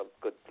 good